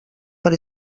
per